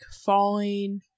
falling